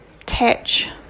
attach